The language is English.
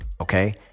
Okay